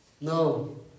No